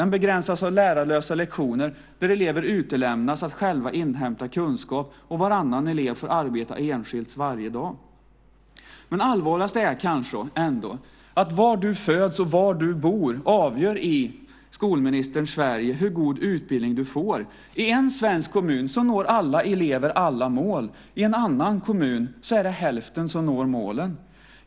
Den begränsas av lärarlösa lektioner där elever utlämnas att själva inhämta kunskap och varannan elev får arbeta enskilt varje dag. Allvarligast är kanske ändå att var du föds och var du bor i skolministerns Sverige avgör hur god utbildning du får. I en svensk kommun når alla elever alla mål, och i en annan kommun är det hälften som når målen.